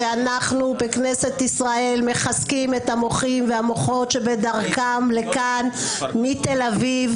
שאנחנו בכנסת ישראל מחזקים את המוחים והמוחות שבדרכם לכאן מתל אביב,